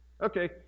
Okay